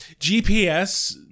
GPS